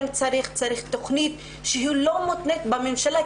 צריך תוכנית שלא מותנית בממשלה,